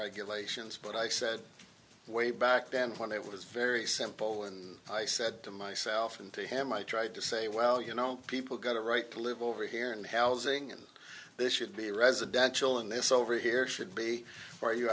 regulations but i said way back then when i was very simple and i said to myself and to him i tried to say well you know people got a right to live over here and housing and this should be residential and this over here should be for you